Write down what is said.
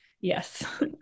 Yes